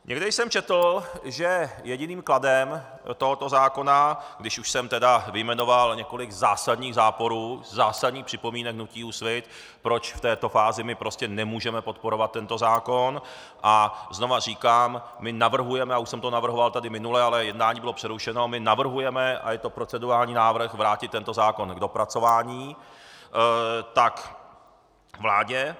Někde jsem četl, že jediným kladem tohoto zákona, když už jsem tedy vyjmenoval několik zásadních záporů, zásadních připomínek hnutí Úsvit, proč v této fázi my prostě nemůžeme podporovat tento zákon a znovu říkám, my navrhujeme, a už jsem to navrhoval tady minule, ale jednání bylo přerušeno, my navrhujeme, a je to procedurální návrh, vrátit tento zákon k dopracování vládě.